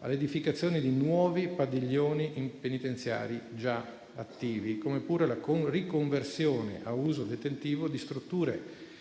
all'edificazione di nuovi padiglioni in penitenziari già attivi, come pure alla riconversione a uso detentivo di strutture